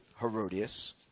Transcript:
Herodias